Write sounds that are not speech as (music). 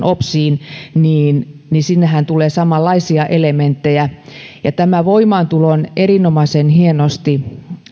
(unintelligible) opsiin niin niin sinnehän tulee samanlaisia elementtejä ja tämä voimaantulo on erinomaisen hienosti